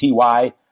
TY